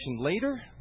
Later